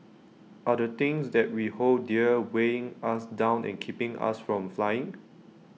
are the things that we hold dear weighing us down and keeping us from flying